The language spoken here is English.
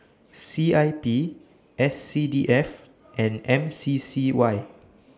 C I P S C D F and M C C Y